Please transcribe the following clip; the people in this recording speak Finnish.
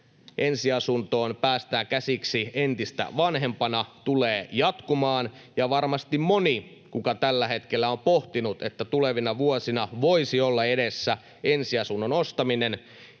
ensiasuntoon päästään käsiksi entistä vanhempana, tulee jatkumaan. Varmasti moni, kuka tällä hetkellä on pohtinut, että tulevina vuosina voisi olla edessä ensiasunnon ostaminen,